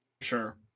Sure